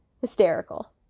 Hysterical